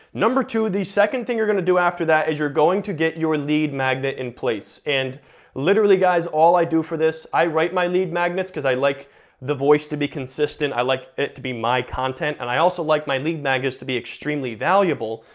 number two, the second thing you're gonna do after that is you're going to get your lead magnet in place. and literally guys, all i do for this, i write my lead magnets, cause i like the voice to be consistent, i like it to be my content, and i also like my lead magnets to be extremely valuable,